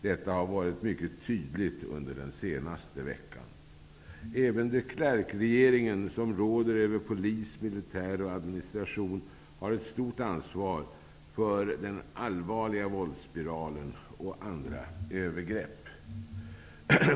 Detta har varit mycket tydligt under den senaste veckan. Även de Klerk-regeringen, som råder över polis, militär och administration, har ett stort ansvar för den allvarliga våldsspiralen och andra övergrepp.